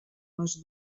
les